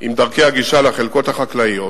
עם דרכי הגישה לחלקות החקלאיות,